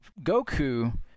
goku